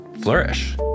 flourish